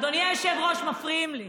אדוני היושב-ראש, מפריעים לי.